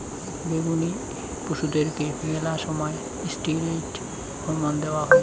বেঙনি পশুদেরকে মেলা সময় ষ্টিরৈড হরমোন দেওয়া হই